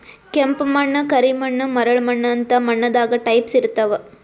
ಕೆಂಪ್ ಮಣ್ಣ್, ಕರಿ ಮಣ್ಣ್, ಮರಳ್ ಮಣ್ಣ್ ಅಂತ್ ಮಣ್ಣ್ ದಾಗ್ ಟೈಪ್ಸ್ ಇರ್ತವ್